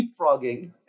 leapfrogging